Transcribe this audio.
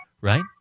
right